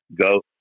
go